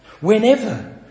whenever